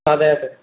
അതെയതെ